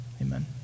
Amen